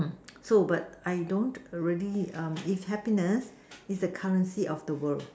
so but I don't already is happiness is the currency of the world